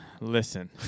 Listen